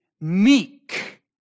Meek